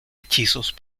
hechizos